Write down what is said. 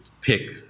pick